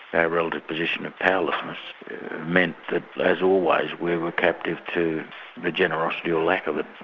and our relative position of powerlessness meant that as always we were captive to the generosity, or lack of it,